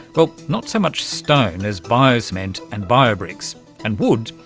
well, not so much stone as bio-cement and bio-bricks. and wood?